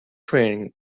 training